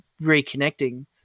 reconnecting